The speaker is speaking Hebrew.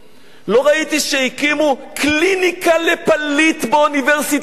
לא ראיתי שהקימו קליניקה לפליט באוניברסיטת תל-אביב.